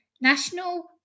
National